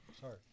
sorry